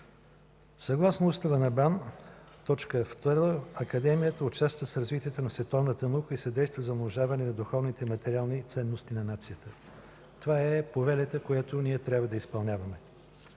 Съгласно Устава на БАН, т. 2, Академията участва с развитието на световната наука и съдейства за умножаване на духовните и материални ценности на нацията. Това е повелята, която ние трябва да изпълняваме.